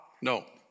No